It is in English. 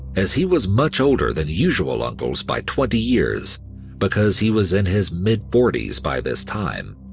as he was much older than usual uncles by twenty years because he was in his mid forties by this time,